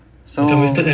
so